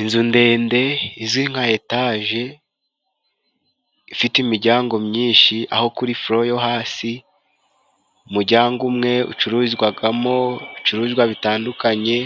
Inzu ndende izi nka Etaje ifite imijyango myinshi aho kuri folo yo hasi, umujyango gumwe ucururizwamo ibicuruzwa bitandukanye